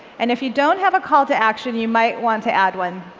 and if you don't have a call to action, you might want to add one.